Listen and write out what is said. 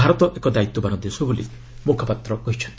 ଭାରତ ଏକ ଦାୟିତ୍ୱବାନ ଦେଶ ବୋଲି ମୁଖପାତ୍ର କହିଛନ୍ତି